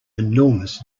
enormous